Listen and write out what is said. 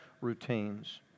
routines